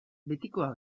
betikoa